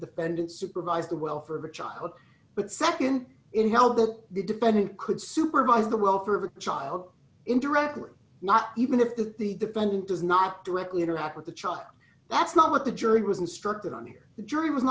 defendant supervised the welfare of a child but nd in hell that the defendant could supervise the welfare of a child interact with not even if that the defendant does not directly interact with the child that's not what the jury was instructed on here the jury was